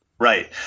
Right